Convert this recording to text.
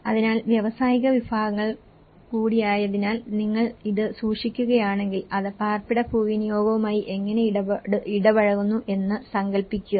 അതിനാൽ വ്യാവസായിക വിഭാഗങ്ങൾ കൂടിയായതിനാൽ നിങ്ങൾ ഇത് സൂക്ഷിക്കുകയാണെങ്കിൽ അത് പാർപ്പിട ഭൂവിനിയോഗവുമായി എങ്ങനെ ഇടപഴകുന്നു എന്ന് സങ്കൽപ്പിക്കുക